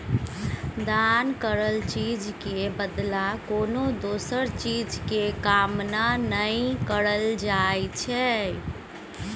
दान करल चीज के बदला कोनो दोसर चीज के कामना नइ करल जाइ छइ